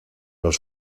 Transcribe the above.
los